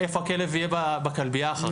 איפה הכלב יהיה בכלבייה אחר כך.